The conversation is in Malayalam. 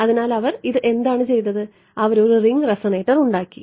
അതിനാൽ അവർ ഇത് എന്താണ് ചെയ്തത് അവർ ഒരു റിംഗ് റെസോണേറ്റർ ഉണ്ടാക്കി